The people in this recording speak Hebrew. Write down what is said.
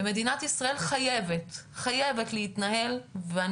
מדינת ישראל חייבת להתנהל תחת איזונים ובלמים ואני